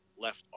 left